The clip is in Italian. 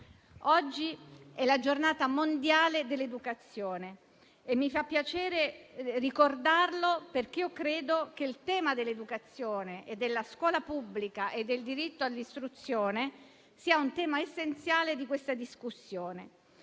Oggi è la Giornata mondiale dell'educazione e mi fa piacere ricordarlo, perché credo che il tema dell'educazione, della scuola pubblica e del diritto all'istruzione sia essenziale di questa discussione.